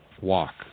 walk